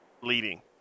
leading